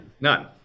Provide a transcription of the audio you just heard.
None